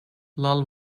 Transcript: lal